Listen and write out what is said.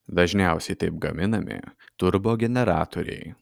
dažniausiai taip gaminami turbogeneratoriai